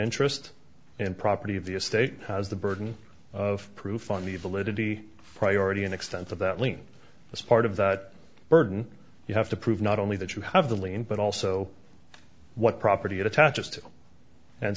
interest in property of the estate has the burden of proof on the validity priority and extent of that lien as part of that burden you have to prove not only that you have the lien but also what property it attaches to and